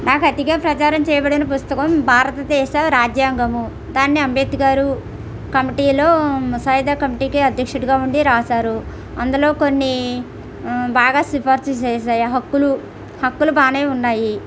నాకు అతిగా ప్రచారం చేయబడిన పుస్తకం భారతదేశ రాజ్యాంగం దాన్ని అంబేద్కరు కమిటీలో ముసాయిదా కమిటీకి అధ్యక్షుడుగా ఉండి రాసారు అందులో కొన్ని బాగా సిఫార్సు చేసాయి హక్కులు హక్కులు బాగా ఉన్నాయి